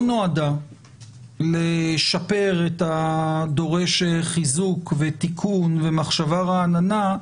נועדה לשפר את הדורש חיזוק ותיקון ומחשבה רעננה,